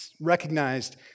recognized